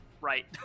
right